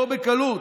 לא בקלות,